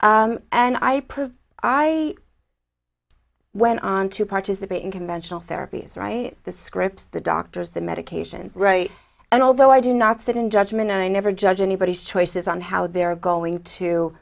proved went on to participate in conventional therapies write the script the doctors the medication right and although i do not sit in judgment i never judge anybody's choices on how they're going to